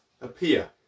appear